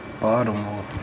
Baltimore